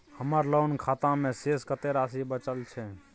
हमर लोन खाता मे शेस कत्ते राशि बचल छै?